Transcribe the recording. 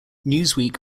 newsweek